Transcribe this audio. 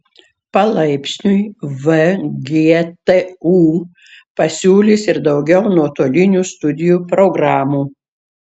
palaipsniui vgtu pasiūlys ir daugiau nuotolinių studijų programų